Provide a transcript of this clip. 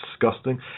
disgusting